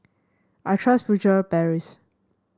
I trust Furtere Paris